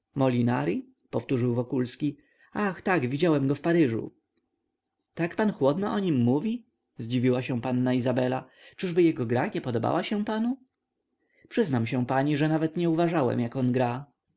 molinari powtórzył wokulski ach tak widziałem go w paryżu tak pan chłodno o nim mówi zdziwiła się panna izabela czyby jego gra nie podobała się panu przyznam się pani że nawet nie uważałem jak on gra